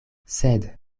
sed